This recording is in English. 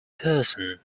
person